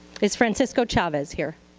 is francisco chavez here?